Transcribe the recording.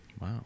Wow